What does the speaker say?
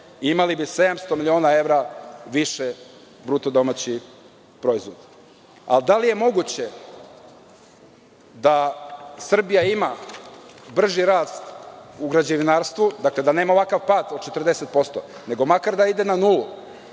imali bi 700 miliona evra više BDP. Da li je moguće da Srbija ima brži rast u građevinarstvu, dakle, da nema ovakav pad od 40% nego makar da ide na nulu,